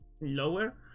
lower